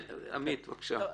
עמית בבקשה.